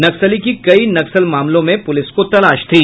नक्सली की कई नक्सल मामलों में पुलिस को तलाश थी